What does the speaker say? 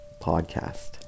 Podcast